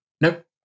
Nope